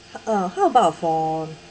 uh how about for